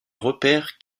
repère